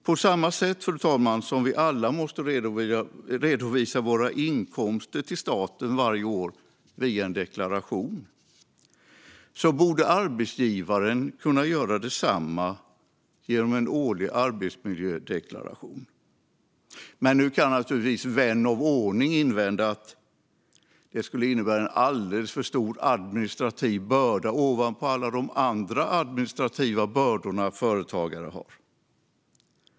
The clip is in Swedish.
På samma sätt, fru talman, som vi alla måste redovisa våra inkomster till staten varje år via deklaration borde arbetsgivare kunna göra detsamma genom en årlig arbetsmiljödeklaration. Nu kan naturligtvis vän av ordning invända att detta skulle innebära en alldeles för stor administrativ börda ovanpå alla de andra administrativa bördor företagare har.